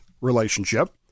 relationship